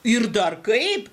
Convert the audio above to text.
ir dar kaip